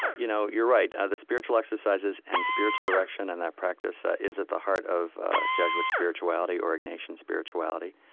you know you're right. ah the spiritual exercises and spiritual direction in that practice ah is at the heart of jesuit spirituality or ignatian spirituality.